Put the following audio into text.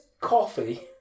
coffee